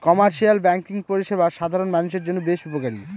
commercial banking পরিষেবা সাধারণ মানুষের জন্য বেশ উপকারী